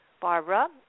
Barbara